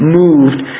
moved